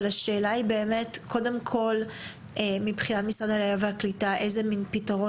השאלה היא קודם כל למשרד העלייה והקליטה לגבי איזה פתרון